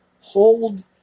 hold